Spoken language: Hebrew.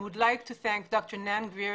אני רוצה להודות לד"ר נאן גריר